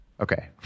Okay